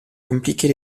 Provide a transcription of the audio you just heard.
compliquer